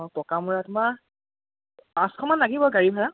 অঁ পকামূৰা তোমাৰ পাঁচশমান লাগিব গাড়ী ভাড়া